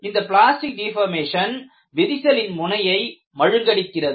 இந்த plastic deformation விரிசலின் முனையை மழுங்கடிக்கிறது